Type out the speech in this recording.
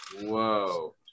Whoa